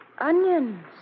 Onions